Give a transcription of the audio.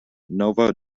nova